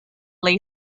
lay